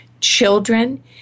children